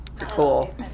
Cool